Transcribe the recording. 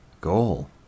Goal